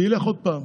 זה ילך עוד פעם.